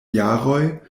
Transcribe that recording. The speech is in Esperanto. jaroj